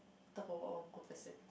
talk about one more person